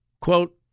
Quote